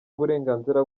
uburenganzira